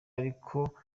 ariko